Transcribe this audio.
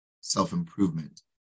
self-improvement